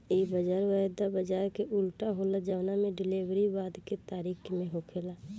इ बाजार वायदा बाजार के उल्टा होला जवना में डिलेवरी बाद के तारीख में होखेला